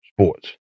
Sports